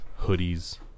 hoodies